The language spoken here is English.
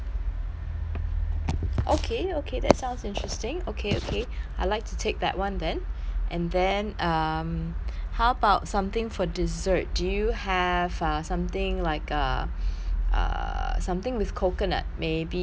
okay okay that sounds interesting okay okay I'd like to take that [one] then and then um how about something for dessert do you have uh something like uh err something with coconut maybe um